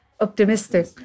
optimistic